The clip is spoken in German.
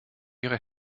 ihre